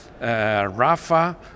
rafa